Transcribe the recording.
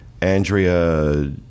Andrea